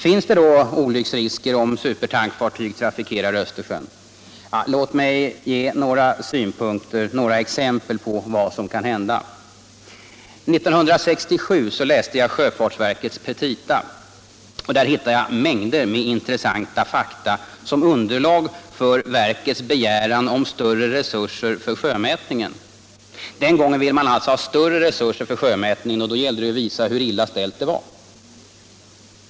Finns det då olycksrisker om supertankfartygen trafikerar Östersjön? Ja, låt mig ge några exempel på vad som kan hända. 1967 läste jag sjöfartsverkets petita, och där hittade jag mängder av intressanta fakta som underlag för verkets begäran om större resurser för sjömätningen. Den gången ville man alltså ha större resurser för sjömätningen, och då gällde det ju att visa hur illa ställt det var.